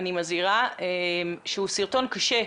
אני מזהירה שהוא סרטון קשה יחסית,